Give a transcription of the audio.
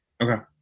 Okay